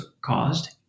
caused